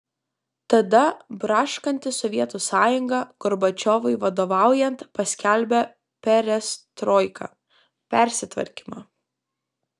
tada braškanti sovietų sąjunga gorbačiovui vadovaujant paskelbė perestroiką persitvarkymą